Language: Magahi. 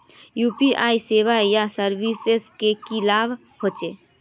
यु.पी.आई सेवाएँ या सर्विसेज से की लाभ होचे?